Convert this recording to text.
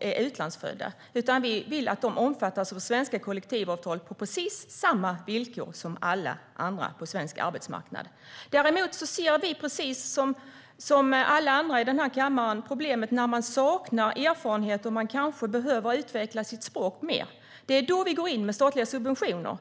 utlandsfödda, utan vi vill att de omfattas av svenska kollektivavtal på precis samma villkor som alla andra på svensk arbetsmarknad. Däremot ser vi, precis som alla andra i den här kammaren, problemet när människor saknar erfarenhet och kanske behöver utveckla sitt språk mer. Det är då vi går in med statliga subventioner.